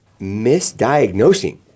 misdiagnosing